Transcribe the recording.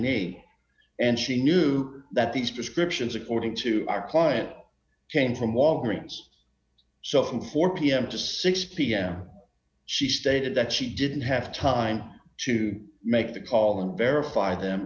e and she knew that these prescriptions according to our client came from walgreens cell phone four pm to six pm she stated that she didn't have time to make the call and verify them